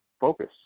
focus